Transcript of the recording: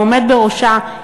העומד בראשה,